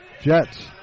Jets